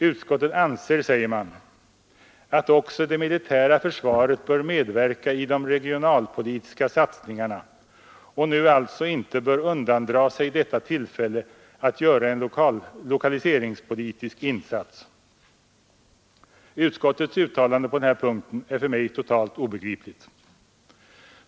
Utskottet anser, heter det, att också det militära försvaret bör medverka i de regionalpolitiska satsningarna och nu alltså inte bör undandra sig detta tillfälle att göra en lokaliseringspolitisk insats. Utskottets uttalande på den här punkten är för mig totalt obegripligt.